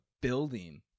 building